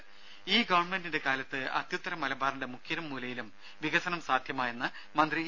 രംഭ ഈ ഗവൺമെന്റിന്റെ കാലത്ത് അത്യുത്തര മലബാറിന്റെ മുക്കിലും മൂലയിലും വികസനം സാധ്യമായെന്ന് മന്ത്രി ഇ